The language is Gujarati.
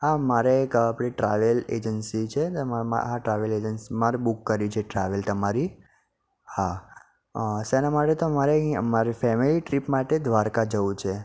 હા મારે એક આપણી ટ્રાવેલ એજન્સી છે ને એમાં મા હા ટ્રાવેલ એજન્સ મારે બુક કરી છે ટ્રાવેલ તમારી હા શેના માટે તો મારે તે મારે ફેમેલી ટ્રીપ માટે દ્વારકા જવું છે